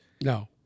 No